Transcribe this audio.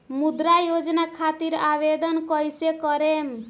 मुद्रा योजना खातिर आवेदन कईसे करेम?